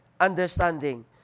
understanding